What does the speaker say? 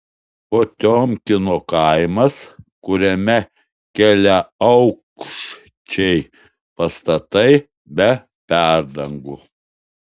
potiomkino kaimas kuriame keliaaukščiai pastatai be perdangų